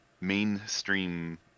mainstream